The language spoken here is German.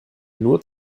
nur